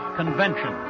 convention